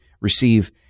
receive